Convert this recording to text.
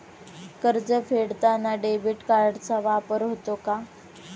कर्ज फेडताना डेबिट कार्डचा वापर होतो का?